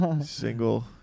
single